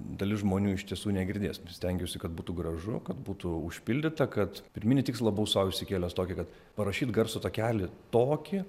dalis žmonių iš tiesų negirdės stengiausi kad būtų gražu kad būtų užpildyta kad pirminį tikslą buvau sau išsikėlęs tokį kad parašyt garso takelį tokį